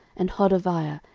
and hodaviah,